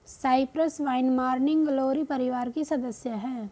Cyprus vine morning glory परिवार की सदस्य हैं